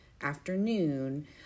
afternoon